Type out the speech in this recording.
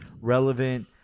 relevant